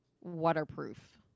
Waterproof